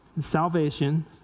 salvation